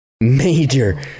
Major